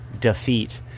defeat